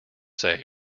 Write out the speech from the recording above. say